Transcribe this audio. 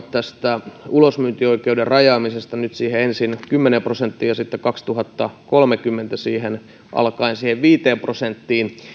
tästä ulosmyyntioikeuden rajaamisesta nyt ensin kymmeneen prosenttiin ja sitten kaksituhattakolmekymmentä alkaen viiteen prosenttiin voi sanoa